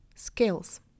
skills